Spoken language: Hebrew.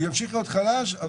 ימשיך להיות חלש,